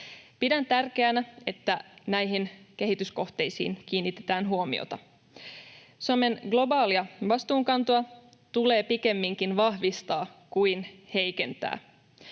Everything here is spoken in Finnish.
Pidän tärkeänä, että näihin kehityskohteisiin kiinnitetään huomiota. Suomen globaalia vastuunkantoa tulee pikemminkin vahvistaa kuin heikentää.